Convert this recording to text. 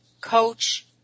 coach